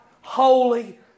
holy